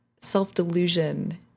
self-delusion